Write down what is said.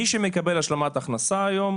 מי שמקבל השלמת הכנסה היום,